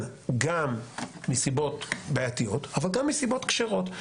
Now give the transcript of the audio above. גם מסיבות בעייתיות אבל גם מסיבות כשרות,